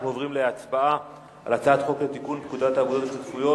אנחנו עוברים להצבעה על הצעת חוק לתיקון פקודת האגודות השיתופיות